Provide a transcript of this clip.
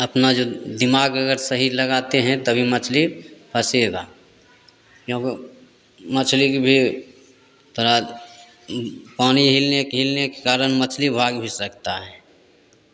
अपना जो दिमाग अगर सही लगाते हैं तभी मछली फसेगा क्योंकि मछली भी थोड़ा पानी हिलने के हिलने के कारण मछली भाग भी सकता है